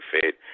fit